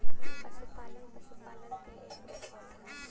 पसुपालन पसुपालन क एक रूप होला